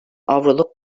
avroluk